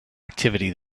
activity